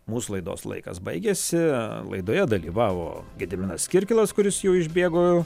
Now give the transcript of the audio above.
mūsų laidos laikas baigėsi laidoje dalyvavo gediminas kirkilas kuris jau išbėgo